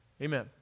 Amen